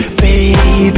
baby